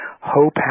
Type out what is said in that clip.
hope